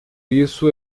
isso